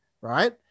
Right